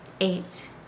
eight